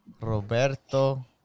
Roberto